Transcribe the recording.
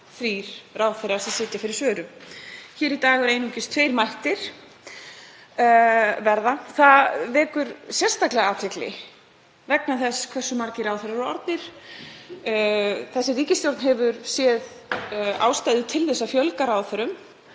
þrír ráðherrar sem sitja fyrir svörum. Í dag eru einungis tveir mættir. Það vekur sérstaklega athygli vegna þess hversu margir ráðherrar eru orðnir. Þessi ríkisstjórn hefur séð ástæðu til að fjölga ráðherrum